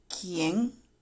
¿Quién